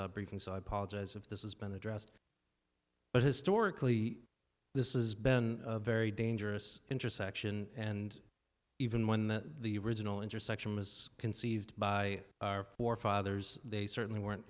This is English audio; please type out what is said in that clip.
voters briefing so i apologize if this is been addressed but historically this is ben a very dangerous intersection and even when the original intersection was conceived by our forefathers they certainly weren't